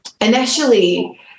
initially